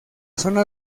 zona